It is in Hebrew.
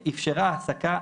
אפשרה העסקה,